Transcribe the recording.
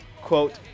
quote